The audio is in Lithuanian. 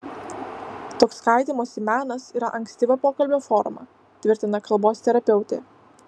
toks kaitymosi menas yra ankstyva pokalbio forma tvirtina kalbos terapeutė